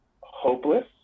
hopeless